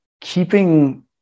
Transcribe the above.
keeping